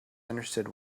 understood